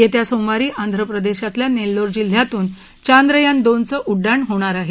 येत्या सोमवारी आंध्रप्रदेशातल्या नेल्लोर जिल्ह्यातून चांद्रयान दोनचं प्रक्षेपण होणार आहे